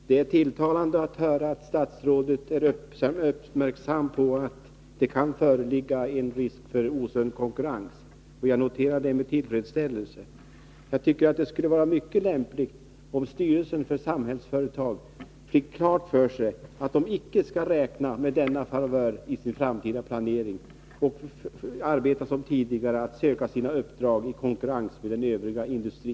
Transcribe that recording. Fru talman! Det är tilltalande att höra att statsrådet är uppmärksam på att det kan föreligga risk för osund konkurrens. Jag noterar detta med tillfredsställelse. Jag tycker att det skulle vara mycket lämpligt om styrelsen för Samhällsföretag fick klart för sig att företaget icke skall räkna med denna favör i sin framtida planering, utan arbeta som tidigare och söka sina uppdrag i konkurrens med övrig industri.